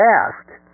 asked